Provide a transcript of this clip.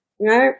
right